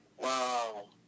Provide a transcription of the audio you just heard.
Wow